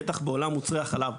בטח בעולם מוצרי החלב,